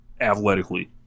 athletically